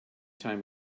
time